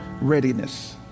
readiness